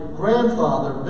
grandfather